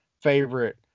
favorite